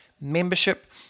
membership